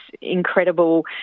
incredible